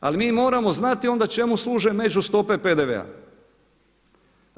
Ali mi moramo znati onda čemu služe međustope PDV-a.